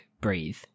breathe